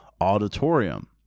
Auditorium